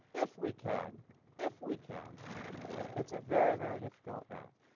if we can if we can it's a very, very difficult act